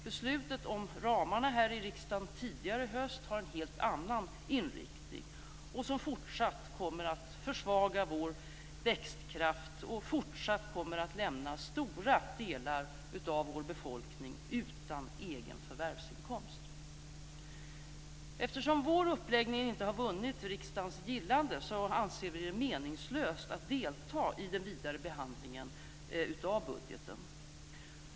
Beslutet om ramarna här i riksdagen tidigare i höst har en helt annan inriktning, något som fortsatt kommer att försvaga vår växtkraft och fortsatt kommer att lämna stora delar av vår befolkning utan egen förvärvsinkomst. Eftersom vår uppläggning inte har vunnit riksdagens gillande, anser vi det meningslöst att delta i den vidare behandlingen av budgeten.